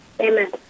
Amen